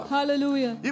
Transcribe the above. Hallelujah